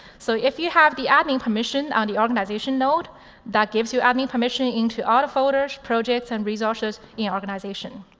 so if you have the admin permission on the organization node that gives you admin permission into all the folders, projects, and resources in your organization.